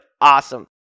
Awesome